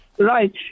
Right